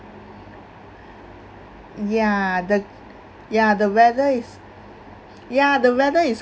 ya the ya the weather is ya the weather is